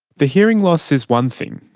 the hearing loss is one thing,